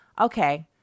Okay